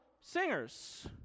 singers